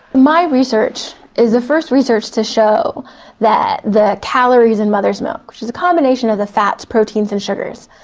my research is the first research to show that the calories in mother's milk, which is a combination of the fats, proteins and sugars,